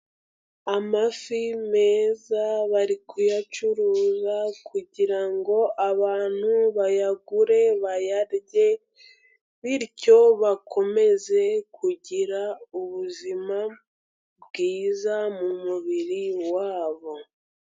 Amafi meza bari kuyacuruza kugira ngo abantu bayagure bayarye, bityo bakomeze kugira ubuzima bwiza mu mubiri wabo.